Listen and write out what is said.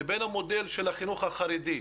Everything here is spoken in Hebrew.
לבין המודל של החינוך החרדי,